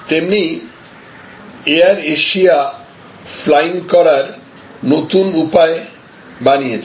তেমনি Air Asia flying করার নতুন উপায় বানিয়েছে